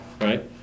right